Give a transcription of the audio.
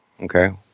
okay